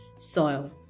soil